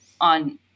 on